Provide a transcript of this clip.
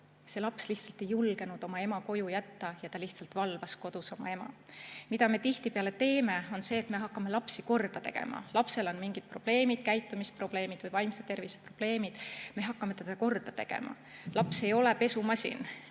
See laps lihtsalt ei julgenud oma ema koju jätta ja ta valvas kodus oma ema. Mida me tihtipeale teeme, on see, et me hakkame lapsi korda tegema. Lapsel on mingid probleemid, käitumisprobleemid või vaimse tervise probleemid, ja me hakkame teda korda tegema. Aga laps ei ole pesumasin,